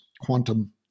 quantum